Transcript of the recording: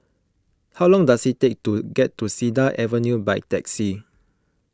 how long does it take to get to Cedar Avenue by taxi